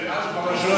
ואז ברשויות החזקות.